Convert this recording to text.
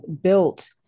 built